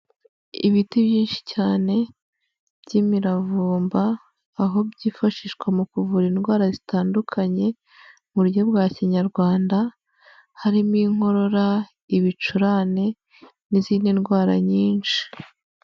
Ibiti byinshi cyane by'imiravumba, aho byifashishwa mu kuvura indwara zitandukanye mu buryo bwa kinyarwanda; harimo inkorora, ibicurane n'izindi ndwara nyinshi.